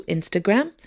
Instagram